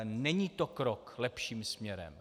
Není to krok lepším směrem.